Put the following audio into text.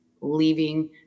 leaving